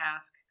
ask